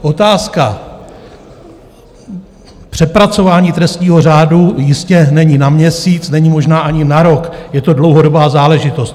Otázka přepracování trestního řádu jistě není na měsíc, není možná ani na rok, je to dlouhodobá záležitost.